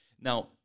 Now